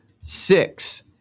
six